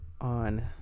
on